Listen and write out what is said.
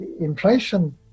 Inflation